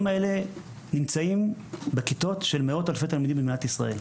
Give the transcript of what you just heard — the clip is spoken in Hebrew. האלה נמצאים בכיתות של מאות אלפי תלמידים במדינת ישראל,